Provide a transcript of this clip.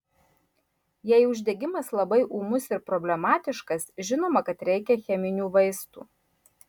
jei uždegimas labai ūmus ir problematiškas žinoma kad reikia cheminių vaistų